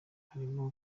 harimo